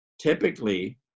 typically